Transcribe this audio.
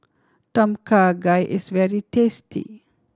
Tom Kha Gai is very tasty